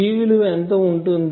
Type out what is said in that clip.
G విలువ ఎంత ఉంటుంది